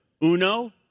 uno